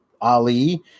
Ali